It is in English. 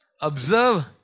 observe